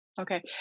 Okay